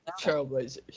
Trailblazers